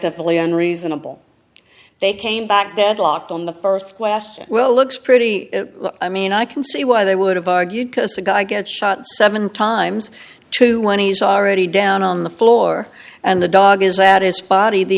subjectively and reasonable they came back deadlocked on the first question well looks pretty i mean i can see why they would have argued because the guy gets shot seven times too when he's already down on the floor and the dog is that is